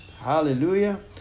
Hallelujah